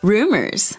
Rumors